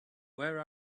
where